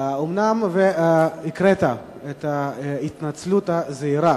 אומנם הקראת את ההתנצלות הזהירה